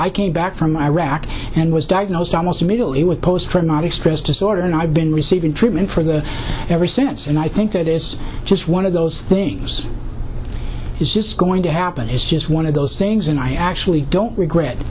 i came back from iraq and was diagnosed almost immediately with post traumatic stress disorder and i've been receiving treatment for the ever since and i think that is just one of those things is just going to happen is just one of those things and i actually don't regret